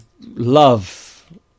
love